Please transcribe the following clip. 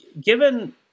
given